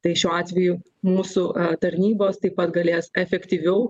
tai šiuo atveju mūsų tarnybos taip pat galės efektyviau